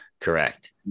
Correct